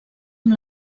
amb